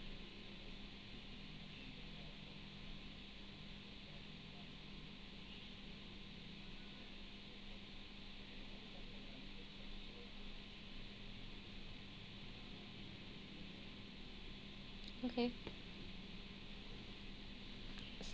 okay